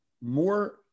more